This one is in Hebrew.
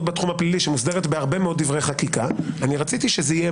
בתחום הפלילי שמוסדרת בהרבה מאוד דברי חקיקה אני רציתי שזה יהיה